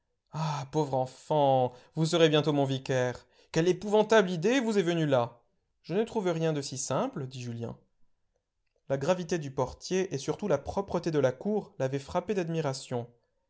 ah pauvre enfant vous serez bientôt mon vicaire quelle épouvantable idée vous est venue là je ne trouve rien de si simple dit julien la gravité du portier et surtout la propreté de la cour l'avaient frappé d'admiration